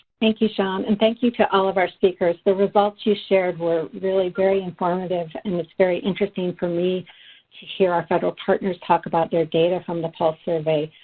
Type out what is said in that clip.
thank you shawn and thank you to all of our speakers. the results you shared were really very informative. and it's very interesting for me to hear our federal partners talk about their data from the pulse survey.